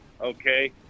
okay